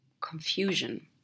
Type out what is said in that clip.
confusion